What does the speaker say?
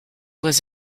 was